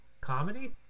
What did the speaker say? comedy